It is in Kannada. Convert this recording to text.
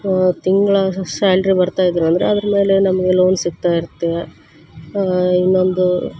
ತಿಂಗಳ ಸ್ಯಾಲ್ರಿ ಬರ್ತಾ ಇದ್ರಂದರೆ ಅದ್ರ ಮೇಲೆ ನಮಗೆ ಲೋನ್ ಸಿಗ್ತಾ ಇರುತ್ತೆ ಇನ್ನೊಂದು